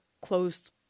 closed